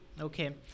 Okay